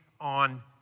on